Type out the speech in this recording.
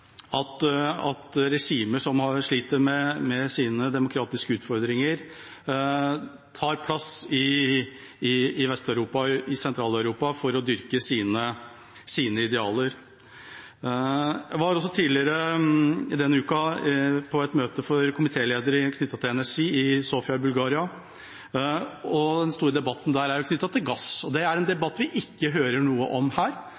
at regimer som sliter med sine demokratiske utfordringer, tar plass i Sentral-Europa for å dyrke sine idealer. Jeg var også tidligere denne uka på et møte for komitéledere i Sofia i Bulgaria om energi. Den store debatten der gjelder gass, og det er en debatt vi ikke hører noe om her.